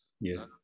Yes